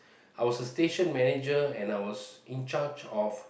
I was a station manager and I was in charge of